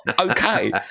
okay